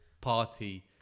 party